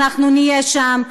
אנחנו נהיה שם,